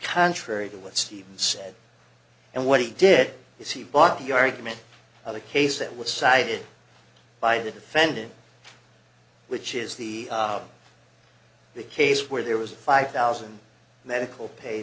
contrary to what stephen said and what he did is he bought the argument of the case that was cited by the defendant which is the the case where there was a five thousand medical pay